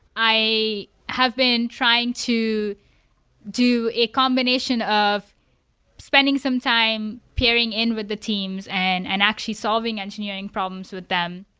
i have been trying to do a combination of spending some time peering in with the teams and and actually solving engineering problems with them.